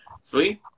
sweet